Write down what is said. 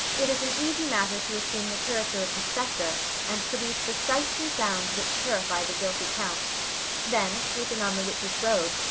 it is an easy matter to assume the character of the spectre and produce the sights and sounds which terrify the guilty count then slipping on the witch's robe,